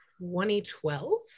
2012